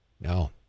No